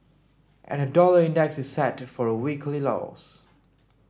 and the dollar index is set for a weekly loss